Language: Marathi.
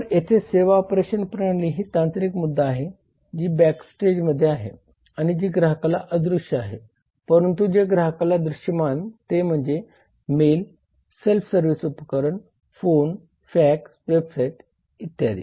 तर येथे सेवा ऑपरेशन प्रणाली ही तांत्रिक मुद्दा आहे जी बॅकस्टेजमध्ये आहे आणि जी ग्राहकाला अदृश्य आहे परंतु जे ग्राहकाला दृश्यमान ते म्हणजे मेल सेल्फ सर्व्हिस उपकरणे फोन फॅक्स वेबसाइट इत्यादी